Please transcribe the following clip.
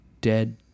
dead